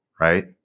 right